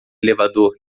elevador